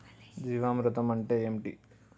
జీవామృతం అంటే ఏంటి?